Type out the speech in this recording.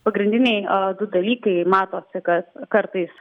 pagrindiniai du dalykai matosi kas kartais